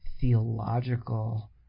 theological